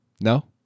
No